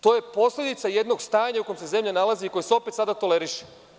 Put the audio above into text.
To je posledica jednog stanja u kojem se zemlja nalazi, koje se opet sada toleriše.